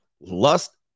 Lust